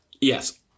Yes